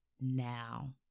now